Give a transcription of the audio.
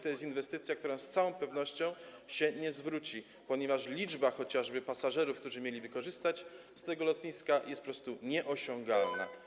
To jest inwestycja, która z całą pewnością się nie zwróci, ponieważ liczba pasażerów, którzy mieliby korzystać z tego lotniska, jest po prostu nieosiągalna.